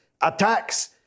attacks